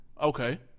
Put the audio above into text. Okay